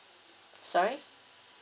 sorry